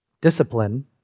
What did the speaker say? discipline